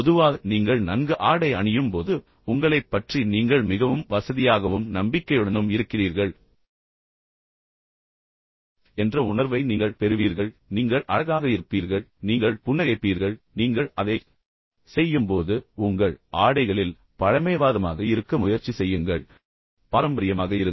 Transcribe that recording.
பொதுவாக நீங்கள் நன்கு ஆடை அணியும் போது உங்களைப் பற்றி நீங்கள் மிகவும் வசதியாகவும் நம்பிக்கையுடனும் இருக்கிறீர்கள் என்ற உணர்வை நீங்கள் பெறுவீர்கள் நீங்கள் அழகாக இருப்பீர்கள் பின்னர் நீங்கள் புன்னகைப்பீர்கள் ஆனால் நீங்கள் அதைச் செய்யும்போது உங்கள் ஆடைகளில் பழமைவாதமாக இருக்க முயற்சி செய்யுங்கள் மற்றும் பாரம்பரியமாக இருங்கள்